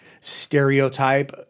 stereotype